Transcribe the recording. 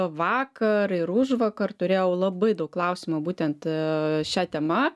vakar ir užvakar turėjau labai daug klausimų būtent šia tema